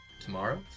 tomorrow